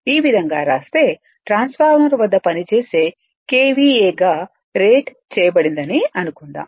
ఈ విధంగా వ్రాస్తే ట్రాన్స్ఫార్మర్ వద్ద పనిచేసే KVA గా రేట్ చేయబడిందని అనుకుందాం